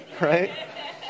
right